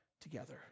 together